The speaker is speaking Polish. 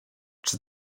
czy